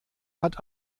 hat